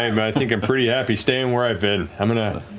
i think i'm pretty happy staying where i've been. i'm going to